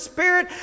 Spirit